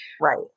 Right